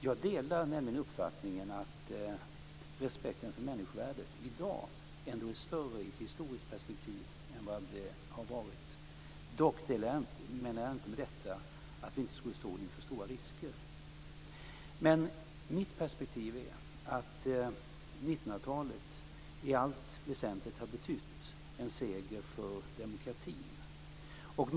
Jag delar nämligen uppfattningen att respekten för människovärdet i dag ändå är större i ett historiskt perspektiv än vad den har varit. Dock menar jag inte med detta att vi inte skulle stå inför stora risker. Mitt perspektiv är att 1900-talet i allt väsentligt har betytt en seger för demokratin.